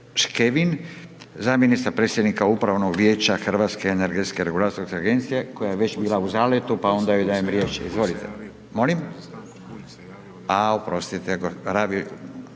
Škevin, zamjenica predsjednika upravnog Vijeća Hrvatske energetske regulatorne agencije koja je već bila u zaletu pa onda joj dajem riječ. Izvolite. .../Upadica se ne čuje./...